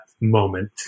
moment